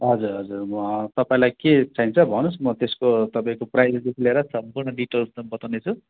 हजुर हजुर तपाईँलाई के चाहिन्छ भन्नुहोस् न म त्यसको तपाईँको प्राइसदेखि लिएर सम्पूर्ण डिटेल्समा बताउनेछु